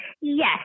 Yes